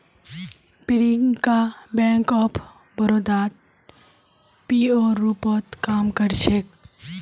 Priyanka bank of बड़ौदात पीओर रूपत काम कर छेक